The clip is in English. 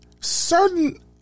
certain